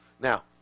Now